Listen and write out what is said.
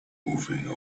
moving